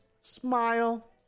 Smile